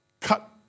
Cut